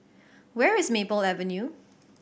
where is Maple Avenue